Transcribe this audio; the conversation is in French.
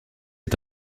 est